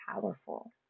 powerful